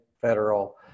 federal